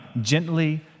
gently